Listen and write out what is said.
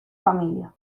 familia